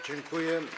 Dziękuję.